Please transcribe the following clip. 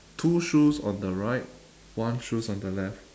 two shoes on the right one shoes on the left